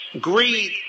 greed